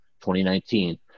2019